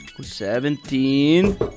Seventeen